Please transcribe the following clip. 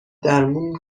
درمون